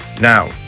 Now